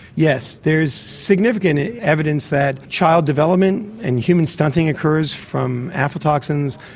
yes, there is significant evidence that child development and human stunting occurs from aflatoxins,